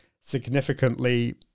significantly